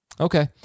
Okay